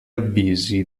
avvisi